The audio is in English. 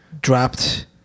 dropped